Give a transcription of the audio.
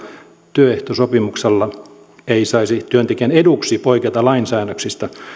työehtosopimuksella ei saisi työntekijän eduksi poiketa lainsäännöksistä